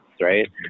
Right